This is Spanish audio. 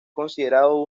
considerado